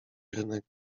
rynek